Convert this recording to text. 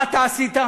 מה אתה עשית?